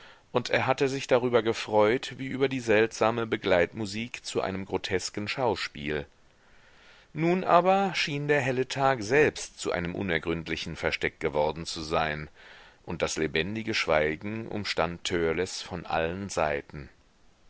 und er hatte sich darüber gefreut wie über die seltsame begleitmusik zu einem grotesken schauspiel nun aber schien der helle tag selbst zu einem unergründlichen versteck geworden zu sein und das lebendige schweigen umstand törleß von allen seiten